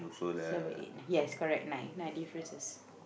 seven eight nine yes correct nine nine differences